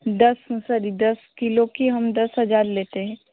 दस सॉरी दस किलो की हम दस हज़ार लेते हैं